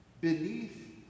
beneath